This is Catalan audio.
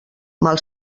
mal